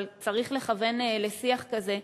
אבל צריך לכוון לשיח כזה.